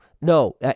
No